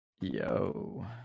Yo